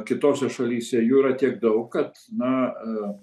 kitose šalyse jų yra tiek daug kad na